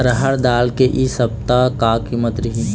रहड़ दाल के इ सप्ता का कीमत रही?